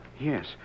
Yes